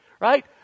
right